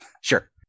Sure